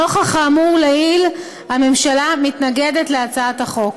נוכח האמור לעיל, הממשלה מתנגדת להצעת החוק.